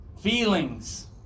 Feelings